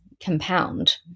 compound